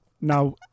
now